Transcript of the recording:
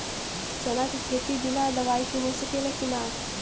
चना के खेती बिना दवाई के हो सकेला की नाही?